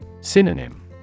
Synonym